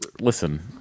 Listen